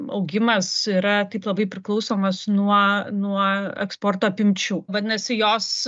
augimas yra taip labai priklausomas nuo nuo eksporto apimčių vadinasi jos